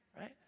right